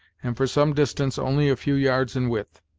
and for some distance only a few yards in width.